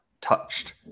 touched